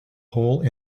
whole